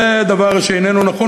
זה דבר שאיננו נכון,